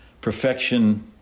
perfection